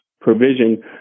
provision